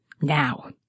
Now